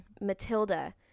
Matilda